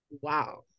wow